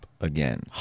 again